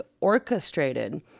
orchestrated